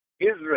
Israel